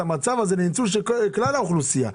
המצב הזה לניצול של כלל האוכלוסייה.